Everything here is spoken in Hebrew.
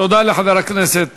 תודה לחבר הכנסת